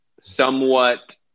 somewhat